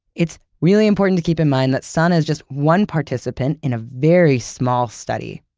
it's really important to keep in mind that sana is just one participant in a very small study.